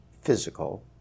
physical